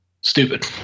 stupid